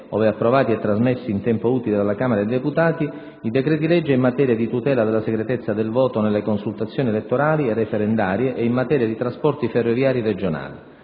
ove approvati e trasmessi in tempo utile dalla Camera dei deputati - i decreti-legge in materia di tutela della segretezza del voto nelle consultazioni elettorali e referendarie e in materia dì trasporti ferroviari regionali;